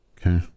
Okay